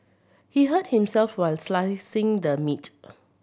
he hurt himself while slicing the meat